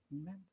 Amen